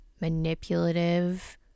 manipulative